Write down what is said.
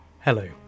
Hello